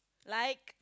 like